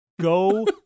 Go